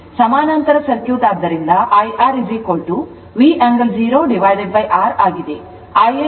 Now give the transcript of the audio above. ಸಮಾನಾಂತರ ಸರ್ಕ್ಯೂಟ್ ಆದ್ದರಿಂದ IR V angle 0R ಆಗಿದೆ